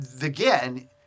again